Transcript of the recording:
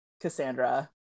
Cassandra